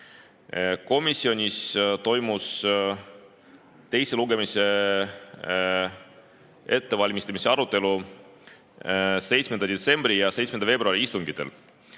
Komisjonis toimus teise lugemise ettevalmistamise arutelu 7. detsembri ja 7. veebruari istungil.